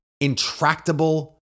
intractable